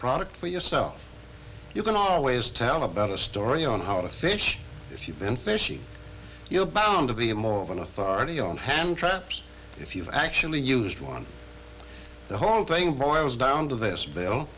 product for yourself you can always tell about a story on how to fish if you've been fishing you're bound to be more of an authority on hand traps if you've actually used one the whole thing boils down to this bill